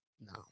no